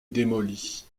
démolie